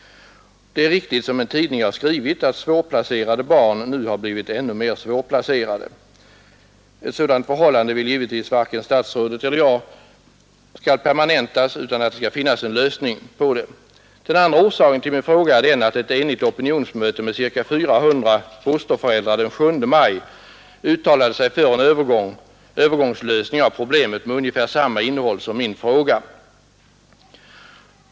Det är riktigt som en tidning har skrivit att svårplacerade barn nu har blivit ännu mer svårplacerade. Ett sådant förhållande vill givetvis varken statsrådet eller jag skall permanentas, utan det gäller att finna en lösning. Den andra orsaken till min fråga är den att ett enigt opinionsmöte med ca 400 fosterföräldrar den 7 maj uttalade sig för en övergångslösning av problemet med ungefär samma innehåll som min fråga.